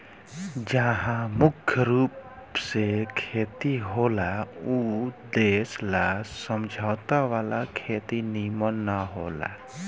जहा मुख्य रूप से खेती होला ऊ देश ला समझौता वाला खेती निमन न होला